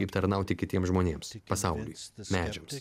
kaip tarnauti kitiems žmonėms pasauliui medžiams